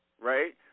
Right